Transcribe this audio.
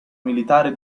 militare